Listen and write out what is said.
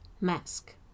mask